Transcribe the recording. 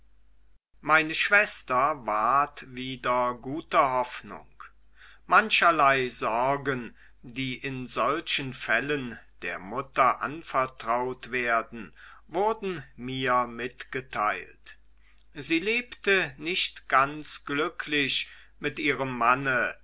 meine schwester ward wieder guter hoffnung mancherlei sorgen die in solchen fällen der mutter anvertraut werden wurden mir mitgeteilt sie lebte nicht ganz glücklich mit ihrem manne